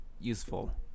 useful